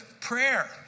prayer